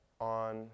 on